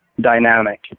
dynamic